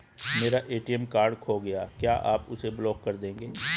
मेरा ATM card खो गया है क्या आप उसे ब्लॉक कर देंगे?